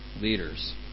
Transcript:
leaders